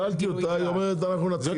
שאלתי אותה היא אומרת אנחנו נתחיל.